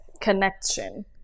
connection